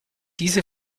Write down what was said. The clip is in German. diese